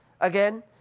again